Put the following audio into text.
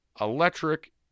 electric